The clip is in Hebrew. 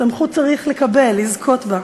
סמכות צריך לקבל, לזכות בה.